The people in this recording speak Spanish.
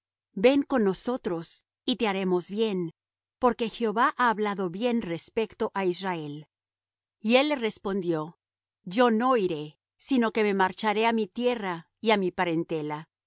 ven con nosotros y te haremos bien porque jehová ha hablado bien respecto á israel y él le respondió yo no iré sino que me marcharé á mi tierra y á mi parentela